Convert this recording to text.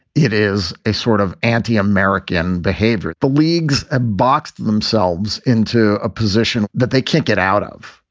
it is a sort of anti-american behavior. the league's ah boxed themselves into a position that they can't get out of.